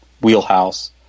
wheelhouse